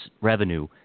Revenue